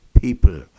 people